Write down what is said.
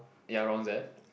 ya around there